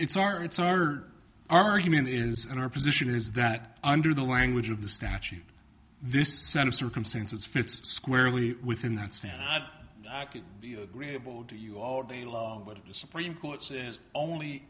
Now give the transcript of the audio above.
it's our it's harder argument is in our position is that under the language of the statute this set of circumstances fits squarely within that's not i could be agreeable to you all day long but the supreme court's is only